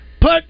put